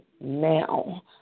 now